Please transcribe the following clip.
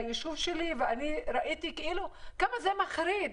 ביישוב שלי, ואני ראיתי כמה זה מחריד.